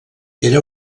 era